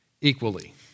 equally